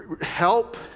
help